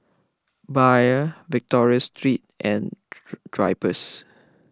Bia Victoria Secret and Drypers